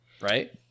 right